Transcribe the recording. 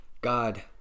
God